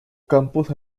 campos